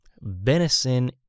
Venison